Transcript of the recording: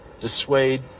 dissuade